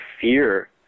fear